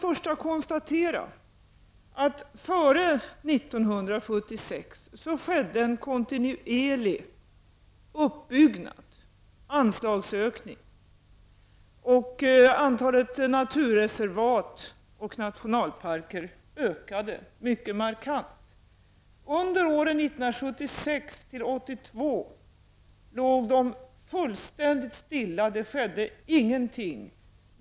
Före 1976 skedde en kontinuerlig uppbyggnad -- och anslagsökning. Antalet naturreservat och nationalparker ökade mycket markant. Under åren 1976--1982 låg uppbyggnaden fullständigt stilla; det skedde ingenting.